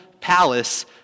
palace